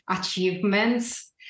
achievements